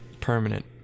permanent